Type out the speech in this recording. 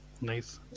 Nice